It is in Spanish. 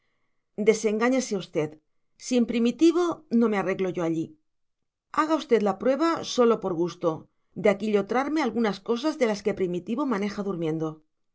desengáñese usted sin primitivo no me arreglo yo allí haga usted la prueba sólo por gusto de aquillotrarme algunas cosas de las que primitivo maneja durmiendo